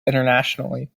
internationally